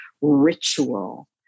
ritual